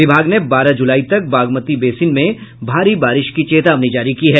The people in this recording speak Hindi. विभाग ने बारह जुलाई तक बागमती बेसिन में भारी बारिश की चेतावनी जारी की है